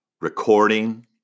recording